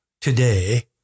today